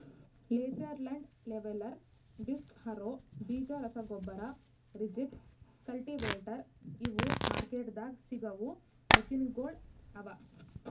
laser land leveller, disc harrow, ಬೀಜ ರಸಗೊಬ್ಬರ, rigid, cultivator ಇವು ಮಾರ್ಕೆಟ್ದಾಗ್ ಸಿಗವು ಮೆಷಿನಗೊಳ್ ಅವಾ